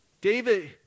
David